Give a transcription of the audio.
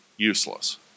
useless